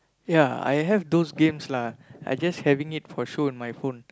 ya I have those games lah I just having it for show in my phone